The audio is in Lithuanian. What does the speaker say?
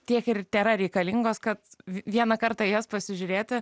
tiek ir tėra reikalingos kad vieną kartą į jas pasižiūrėti